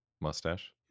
Mustache